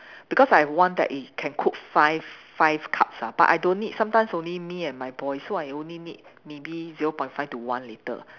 because I've one that is can cook five five cups ah but I don't need sometimes only me and my boy so I only need maybe zero point five to one litre